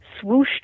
swooshed